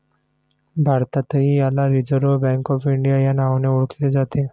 भारतातही याला reserve bank of India या नावाने ओळखले जाते